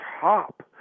top